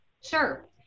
Sure